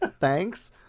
Thanks